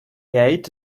ate